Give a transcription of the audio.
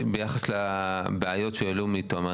ביחס לבעיות שהועלו מתומר,